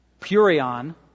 purion